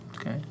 Okay